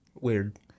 Weird